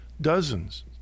dozens